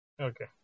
Okay